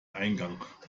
eingang